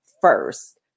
first